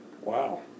Wow